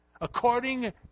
according